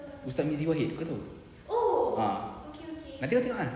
ustaz mizi wahid kau tahu ah nanti kau tengok ah